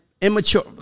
immature